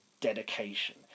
dedication